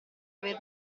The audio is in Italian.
aver